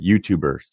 YouTubers